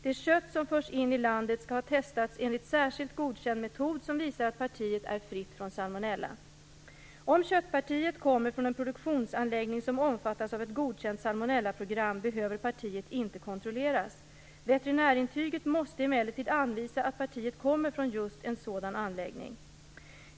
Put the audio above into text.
Det kött som förs in i landet skall ha testats enligt en särskilt godkänd metod som visar att partiet är fritt från salmonella. Om köttpartiet kommer från en produktionsanläggning som omfattas av ett godkänt salmonellaprogram behöver partiet inte kontrolleras. Veterinärintyget måste emellertid anvisa att partiet kommer från just en sådan anläggning.